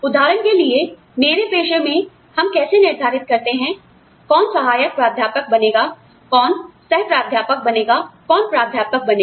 उदाहरण के लिए मेरे पेशे में हम कैसे निर्धारित करते हैं आप जानते हैं कौन सहायक प्राध्यापक बनेगा कौन सह प्राध्यापक बनेगा और कौन प्राध्यापक बनेगा